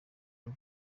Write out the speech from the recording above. god